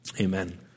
Amen